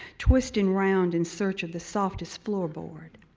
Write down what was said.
twisting round in search of the softest floorboard.